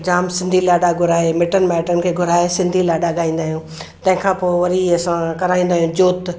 जाम सिंधी लाॾा घुराए मिटनि माइटनि खे घुराए सिंधी लाॾा ॻाइंदा आयूं तंहिंखां पोइ वरी असां कराईंदा आहियूं जोति